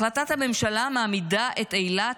החלטת הממשלה מעמידה את אילת,